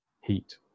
heat